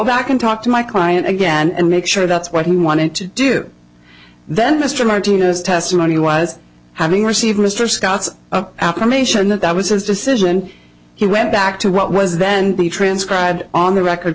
back and talk to my client again and make sure that's what he wanted to do then mr martina's testimony was having received mr scott's of affirmation that that was his decision he went back to what was then be transcribed on the record